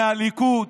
מהליכוד,